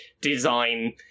design